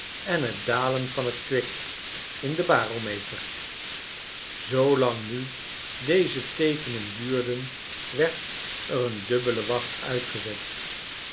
en het dalen van t kwik in den barometer zoolang nu deze teekenenduurden werd er een dubbele wacht uitgezet